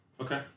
Okay